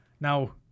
Now